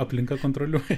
aplinka kontroliuoja